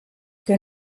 que